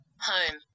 Home